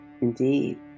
Indeed